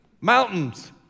mountains